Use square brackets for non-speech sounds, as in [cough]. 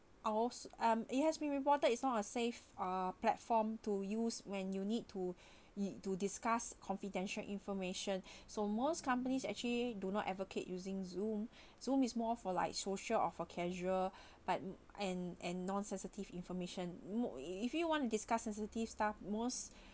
ours um it has been reported is not a safe uh platform to use when you need to [breath] y~ to discuss confidential information [breath] so most companies actually do not advocate using zoom [breath] zoom is more for like social or for casual [breath] but and and nonsensitive information mo~ if you want to discuss sensitive stuff most [breath]